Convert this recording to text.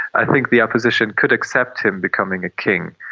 i think the opposition could accept him becoming a king.